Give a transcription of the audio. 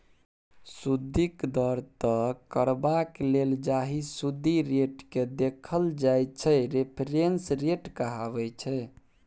सुदिक दर तय करबाक लेल जाहि सुदि रेटकेँ देखल जाइ छै रेफरेंस रेट कहाबै छै